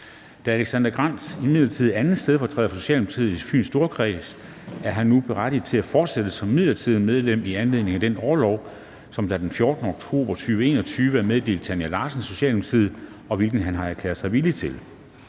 Da Alexander Grandt (S) imidlertid er 2. stedfortræder for Socialdemokratiet i Fyns Storkreds, er han nu bedst berettiget til at fortsætte som midlertidigt medlem i anledning af den orlov, der den 14. oktober 2021 er meddelt Tanja Larsson (S), hvilket han har erklæret sig villig til.